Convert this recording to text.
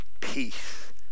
peace